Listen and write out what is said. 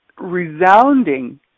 resounding